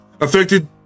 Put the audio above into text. affected